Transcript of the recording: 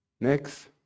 Next